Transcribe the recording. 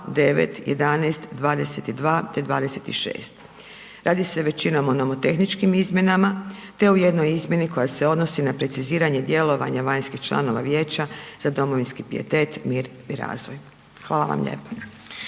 Hvala vama lijepa.